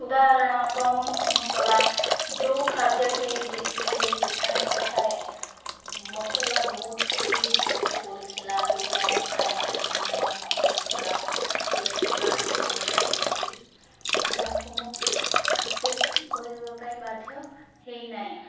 ଉଦାହରଣ କମ୍ ମସଲା ଯେଉଁ ଖାଦ୍ୟଟି ଦେଇଥିଲେ ସେଠ ସେଠାରେ ମସଲା ବହୁତ ହିଁ ବେଶି ପଡ଼ିଥିଲା ଯେଉଁଦ୍ୱାରା ମୁଁ ଖାଇପାରିଲିନି ଏବଂ ଖରାପ ଥିଲା ଯେଉଁ ରେଷ୍ଟୁରାଣ୍ଟରୁ ମୁଁ ଅର୍ଡ଼ର ଦେଇଥିଲି ଯାହାକୁ ମୁଁ ଆସେପ୍ଟ କରିବା ପାଇଁ ବାଧ୍ୟ ହେଇନାହିଁ